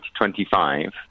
2025